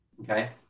okay